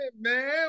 Man